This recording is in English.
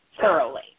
thoroughly